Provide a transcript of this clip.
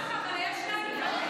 אף היא לא נוכחת.